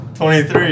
23